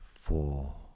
Four